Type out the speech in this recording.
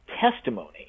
testimony